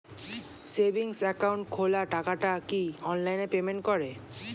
Savings account খোলা টাকাটা কি অনলাইনে পেমেন্ট করে?